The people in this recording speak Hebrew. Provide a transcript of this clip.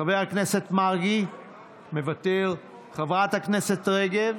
חבר הכנסת מרגי, מוותר, חברת הכנסת רגב,